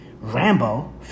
Rambo